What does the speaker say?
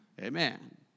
amen